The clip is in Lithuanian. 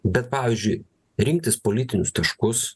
bet pavyzdžiui rinktis politinius taškus